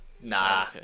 Nah